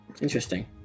Interesting